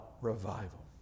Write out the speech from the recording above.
revival